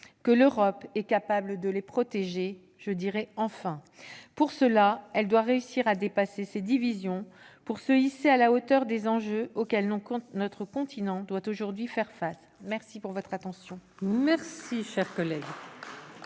que l'Europe est capable de les protéger, enfin. Pour cela, elle doit réussir à dépasser ses divisions pour se hisser à la hauteur des enjeux auxquels notre continent doit aujourd'hui faire face. La parole est à M. Cyril Pellevat.